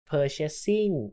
Purchasing